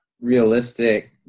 realistic